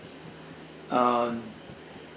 uh